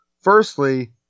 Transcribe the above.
Firstly